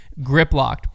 GRIPLOCKED